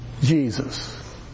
Jesus